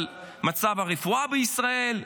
על מצב הרפואה בישראל,